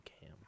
Cam